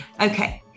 Okay